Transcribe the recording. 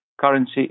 currency